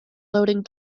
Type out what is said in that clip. loading